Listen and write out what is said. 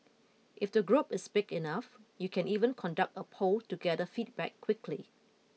if the group is big enough you can even conduct a poll to gather feedback quickly